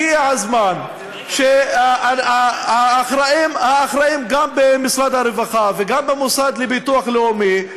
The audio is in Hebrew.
הגיע הזמן שהאחראים גם במשרד הרווחה וגם במוסד לביטוח לאומי,